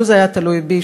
לו זה היה תלוי בי,